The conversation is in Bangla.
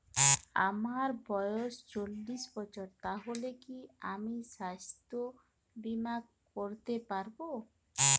আমার বয়স চল্লিশ বছর তাহলে কি আমি সাস্থ্য বীমা করতে পারবো?